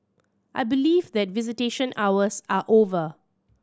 I believe that visitation hours are over